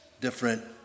different